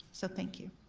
so thank you.